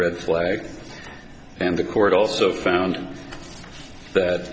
red flag and the court also found that